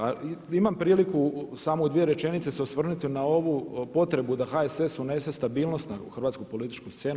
A imam priliku samo u dvije rečenice se osvrnuti na ovu potrebu da HSS unese stabilnost u hrvatsku političku scenu.